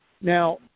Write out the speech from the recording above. Now